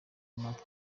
natwe